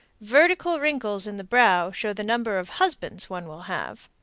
vertical wrinkles in the brow show the number of husbands one will have.